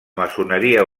maçoneria